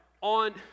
on